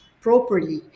properly